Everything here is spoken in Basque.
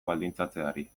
baldintzatzeari